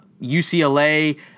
UCLA